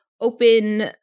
open